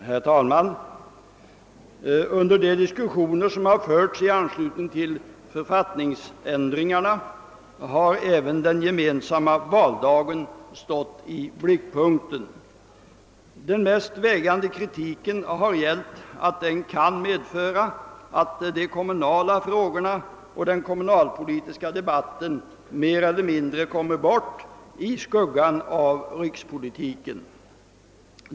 Herr talman! Under de diskussioner som förts i anslutning till författningsändringarna har även frågan om den gemensamma valdagen stått i blickpunkten. Den mest vägande kritiken har gällt att den kan medföra att de kommunala frågorna och den kommunalpolitiska debatten mer eller mindre kommer bort i skuggan av rikspolitiken.